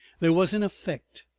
there was an effect,